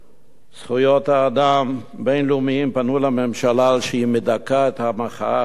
לזכויות האדם פנו לממשלה על שהיא מדכאת את המחאה החברתית.